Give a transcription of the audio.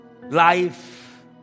life